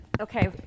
okay